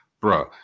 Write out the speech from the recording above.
bro